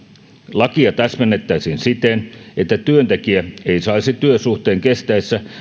lakia täsmennettäisiin siten että työntekijä ei saisi työsuhteen kestäessä